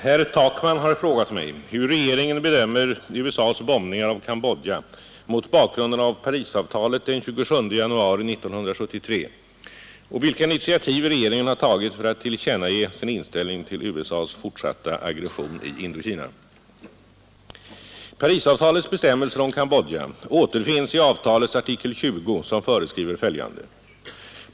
Herr talman! Herr Takman har frågat mig hur regeringen bedömer USA :s bombningar av Cambodja mot bakgrunden av Parisavtalet den 27 januari 1973, och vilka initiativ regeringen har tagit för att tillkännage sin inställning till USA :s fortsatta aggression i Indokina. Parisavtalets bestämmelser om Cambodja återfinns i avtalets artikel 20 som föreskriver följande.